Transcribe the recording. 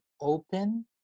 open